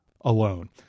alone